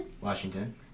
Washington